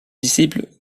disciple